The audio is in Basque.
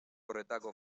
horretako